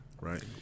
right